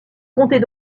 comptez